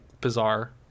bizarre